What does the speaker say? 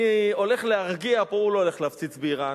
אני הולך להרגיע פה: הוא לא הולך להפציץ באירן.